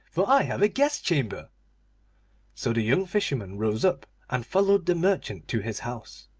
for i have a guest-chamber so the young fisherman rose up and followed the merchant to his house.